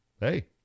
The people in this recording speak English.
hey